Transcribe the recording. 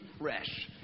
fresh